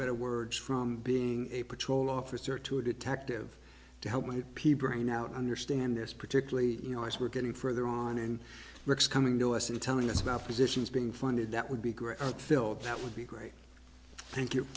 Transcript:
better words from being a patrol officer to a detective to help peabrain out understand this particularly you know as we're getting further on and rick's coming to us and telling us about positions being funded that would be great philip that would be great thank you